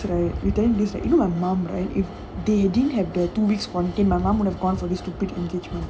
you tell him this right you tell him this right you know my mum right if they didn't have the two weeks quarantine my mom would have gone for this stupid engagement